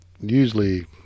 usually –